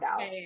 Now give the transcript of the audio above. out